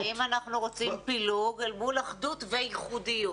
האם אנחנו רוצים פילוג אל מול אחדות וייחודיות?